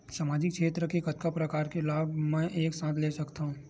सामाजिक क्षेत्र के कतका प्रकार के लाभ मै एक साथ ले सकथव?